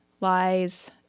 lies